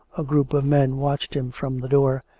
a group of men watched him from the door,